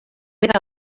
era